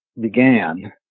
began